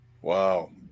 Wow